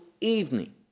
evening